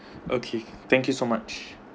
okay thank you so much